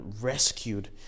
rescued